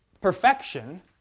perfection